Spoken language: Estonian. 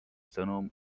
sõnum